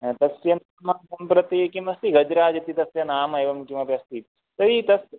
तस्य सम्प्रति किमस्ति वज्रादपि तस्य नाम एवं किमपि अस्ति तर्हि तस्य